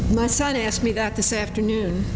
my son asked me that this afternoon